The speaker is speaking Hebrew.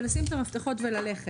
זה לשים את המפתחות וללכת.